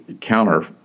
counter